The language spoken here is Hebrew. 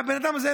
והבן אדם הזה,